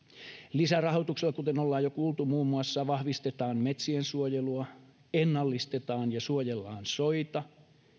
lisärahoituksella kuten ollaan jo kuultu muun muassa vahvistetaan metsien suojelua ennallistetaan ja suojellaan soita